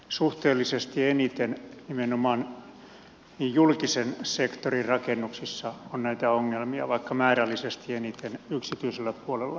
suhteellisesti eniten nimenomaan julkisen sektorin rakennuksissa on näitä ongelmia vaikka määrällisesti eniten yksityisellä puolella